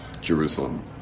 Jerusalem